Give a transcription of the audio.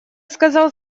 сказал